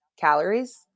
calories